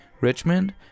Richmond